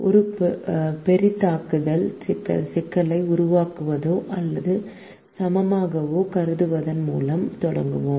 ஒரு பெரிதாக்குதல் சிக்கலைக் குறைவாகவோ அல்லது சமமாகவோ கருதுவதன் மூலம் தொடங்குவோம்